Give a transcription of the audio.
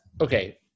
okay